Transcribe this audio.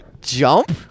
Jump